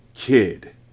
Kid